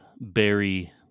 berry